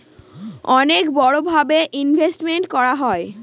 অনেক বড়ো ভাবে ইনভেস্টমেন্ট করা হয়